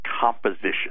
composition